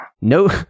No